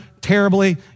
terribly